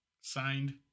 Signed